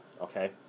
okay